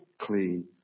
clean